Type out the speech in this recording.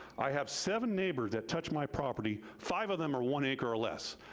i have seven neighbors that touch my property, five of them are one acre or less.